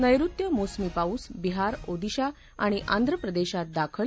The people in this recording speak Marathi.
नैऋत्य मोसमी पाऊस बिहार ओदिशा आणि आंध्रप्रदेशात दाखल